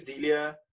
D'Elia